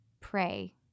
pray